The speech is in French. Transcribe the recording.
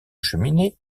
cheminée